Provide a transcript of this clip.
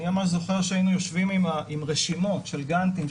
אני ממש זוכר שהיינו יושבים עם רשימות של גאנטים,